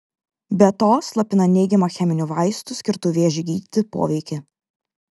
be to slopina neigiamą cheminių vaistų skirtų vėžiui gydyti poveikį